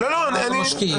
של המשקיעים,